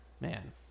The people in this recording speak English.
Man